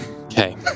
Okay